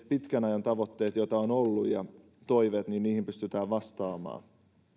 pitkän ajan tavoitteisiin joita on ollut ja toiveisiin pystytään vastaamaan